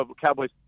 Cowboys